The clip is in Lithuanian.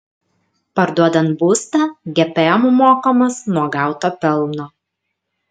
parduodant būstą gpm mokamas nuo gauto pelno